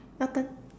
your turn